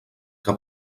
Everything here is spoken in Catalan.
que